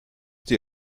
die